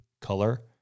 color